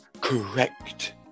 correct